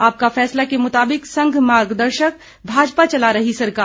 आपका फैसला के मुताबिक संघ मार्गदर्शक भाजपा चला रही सरकार